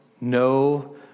no